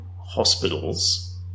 hospitals